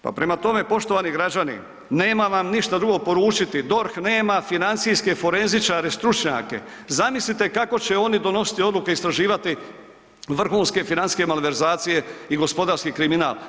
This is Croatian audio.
Pa prema tome, poštovani građani nemam vam ništa drugo poručiti, DORH nema financijske forenzičare stručnjake, zamislite kako će oni donositi odluke i istraživati vrhunske financijske malverzacije i gospodarski kriminal.